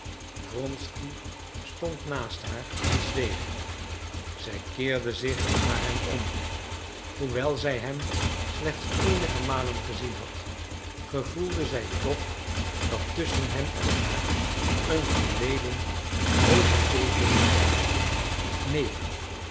wronsky stond naast haar en zweeg zij keerde zich naar hem om hoewel zij hem slechts eenige malen gezien had gevoelde zij toch dat tusschen hem en haar een verleden vol beteekenis lag neen